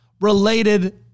related